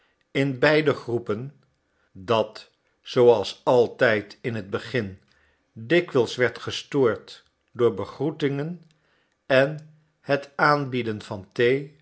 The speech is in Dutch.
in beide groepen dat zooals altijd in het begin dikwijls werd gestoord door begroetingen en het aanbieden van